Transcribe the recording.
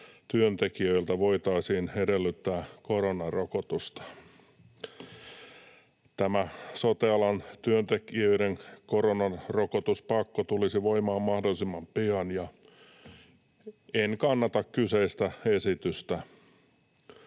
työntekijöiltä voitaisiin edellyttää koronarokotusta. Sote-alan työntekijöiden koronarokotuspakko tulisi voimaan mahdollisimman pian. Tähän liittyen